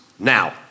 Now